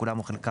כולם או חלקם,